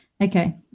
okay